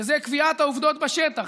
שזה קביעת העובדות בשטח,